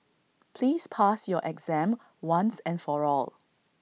please pass your exam once and for all